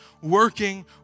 working